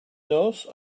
nose